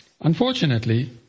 Unfortunately